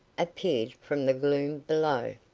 appeared from the gloom below.